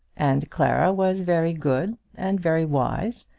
and clara was very good and very wise,